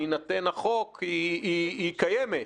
בהינתן החוק, קיימת.